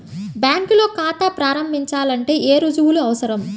బ్యాంకులో ఖాతా ప్రారంభించాలంటే ఏ రుజువులు అవసరం?